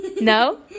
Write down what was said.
No